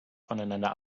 voneinander